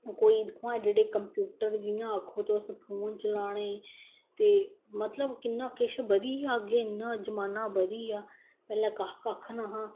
कोई दिक्खो हां एहडे एहडे कम्पयूटर आक्खो तुस फोन चलाने मतलब किन्ना किश बधी गेआ इन्ना जमाना बधी गेआ पैहलें कक्ख नेईं हा